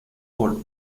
por